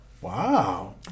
Wow